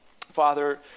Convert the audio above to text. Father